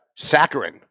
saccharin